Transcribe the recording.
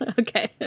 Okay